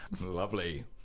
lovely